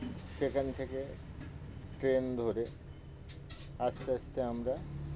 সেখান থেকে ট্রেন ধরে আস্তে আস্তে আমরা